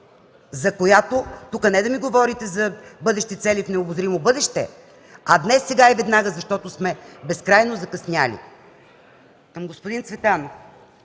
за която, не да ми говорите за бъдещи цели в необозримо бъдеще, а днес, сега и веднага, защото сме безкрайно закъснели! Към господин Цветанов.